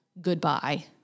goodbye